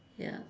ya